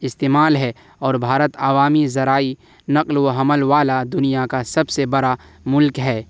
استعمال ہے اور بھارت عوامی ذرائع ںقل و حمل والا دنیا کا سب سے بڑا ملک ہے